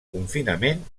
confinament